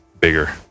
bigger